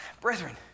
brethren